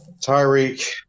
Tyreek